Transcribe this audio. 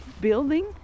building